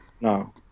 No